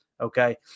Okay